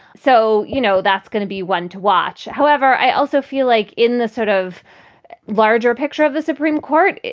so, you know, that's going to be one to watch. however, i also feel like in the sort of larger picture of the supreme court,